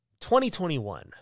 2021